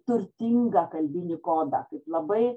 turtingą kalbinį kodą kaip labai